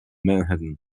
manhattan